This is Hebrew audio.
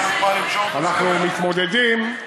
אנחנו מתמודדים,